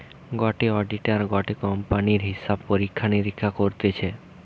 গটে অডিটার গটে কোম্পানির হিসাব পরীক্ষা নিরীক্ষা করতিছে